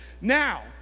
Now